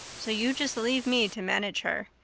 so you just leave me to manage her.